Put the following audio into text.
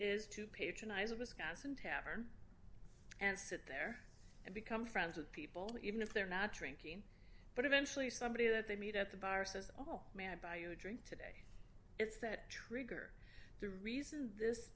is to patronize a wisconsin tavern and sit there and become friends with people even if they're nattering king but eventually somebody that they meet at the bar says oh man buy you a drink today it's that trigger the reason this